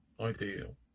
ideal